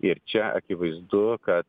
ir čia akivaizdu kad